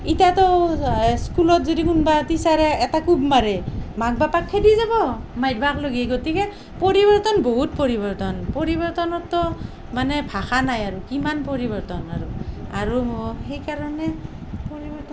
ইটাটো স্কুলত যদি কোনবা টিচাৰে এটা কোব মাৰে মাক বাপাক খেদি যাব মাইৰবাক লগি গতিকে পৰিৱৰ্তন বহুত পৰিৱৰ্তন পৰিৱৰ্তনতটো মানে ভাষা নাই আৰু কিমান পৰিৱৰ্তন আৰু আৰু মই সেইকাৰণে পৰিৱৰ্তনৰ